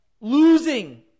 losing